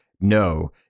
no